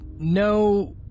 no